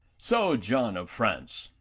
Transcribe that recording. so, john of france,